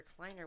recliner